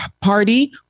party